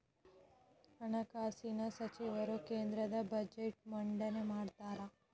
ಹಣಕಾಸಿನ ಸಚಿವರು ಕೇಂದ್ರದ ಬಜೆಟ್ನ್ ಮಂಡನೆ ಮಾಡ್ತಾರಾ